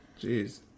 jeez